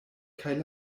kaj